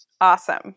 Awesome